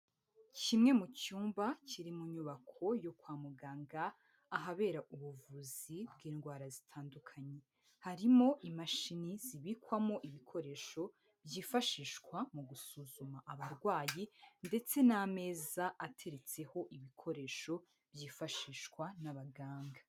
Kimwe mu cyumba kiri mu nyubako yo kwa muganga, ahabera ubuvuzi bw'indwara zitandukanye, harimo imashini zibikwamo ibikoresho byifashishwa mu gusuzuma abarwayi ndetse n'ameza ateretseho ibikoresho byifashishwa n'abaganga.